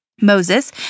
Moses